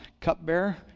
Cupbearer